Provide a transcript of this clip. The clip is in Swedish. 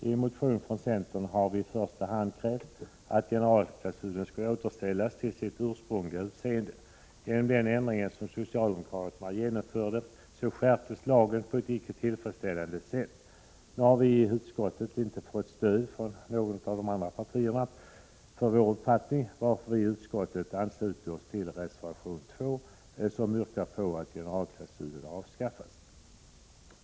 I en motion från centern har vi i första hand krävt att generalklausulen skulle återställas till sitt ursprungliga utseende. Genom den ändring som socialdemokraterna genomförde skärptes lagen på ett icke tillfredsställande sätt. Nu har vi inte fått stöd i utskottet från något av de andra partierna, varför vi har anslutit oss till reservation 2, där det yrkas att generalklausulen avskaffas.